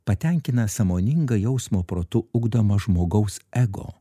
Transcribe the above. patenkina sąmoningą jausmo protu ugdomą žmogaus ego